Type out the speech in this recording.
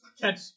Catch